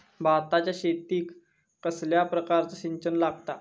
भाताच्या शेतीक कसल्या प्रकारचा सिंचन लागता?